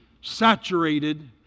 saturated